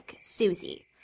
Susie